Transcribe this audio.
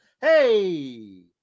hey